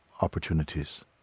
opportunities